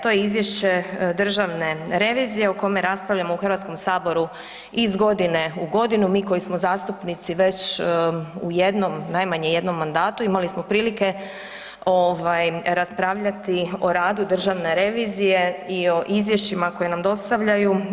To je Izvješće državne revizije o kome raspravljamo u HS iz godine u godinu, mi koji smo zastupnici već u jednom, najmanje jednom mandatu imali smo prilike ovaj raspravljati o radu državne revizije i o izvješćima koje nam dostavljaju.